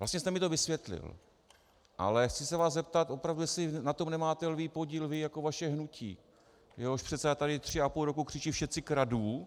Vlastně jste mi to vysvětlil, ale chci se vás zeptat opravdu, jestli na tom nemáte lví podíl vy jako vaše hnutí, jehož předseda tady tři a půl roku křičí všetci kradnú!